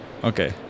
okay